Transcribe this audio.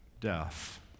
death